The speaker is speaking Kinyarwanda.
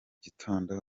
gitondo